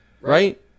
right